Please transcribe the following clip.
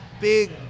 big